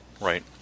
Right